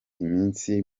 iminsi